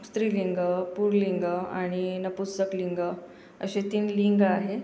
स्त्रीलिंग पुल्लिंग आणि नपुसकलिंग असे तीन लिंग आहे